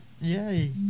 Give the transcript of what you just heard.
Yay